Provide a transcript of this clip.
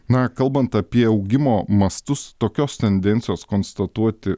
na kalbant apie augimo mastus tokios tendencijos konstatuoti